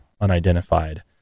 unidentified